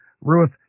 Ruth